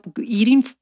eating